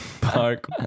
park